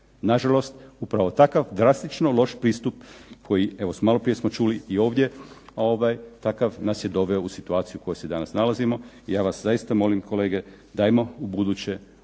Na žalost, upravo takav drastično loš pristup koji evo malo prije smo čuli i ovdje takav je nas doveo u situaciju u kojoj se danas nalazimo i ja vas zaista molim kolege dajmo u buduće